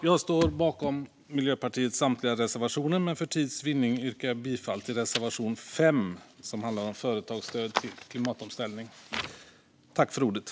Jag står bakom Miljöpartiets samtliga reservationer, men för tids vinnande yrkar jag bifall endast till reservation 5 om företagsstöd för klimatomställningen.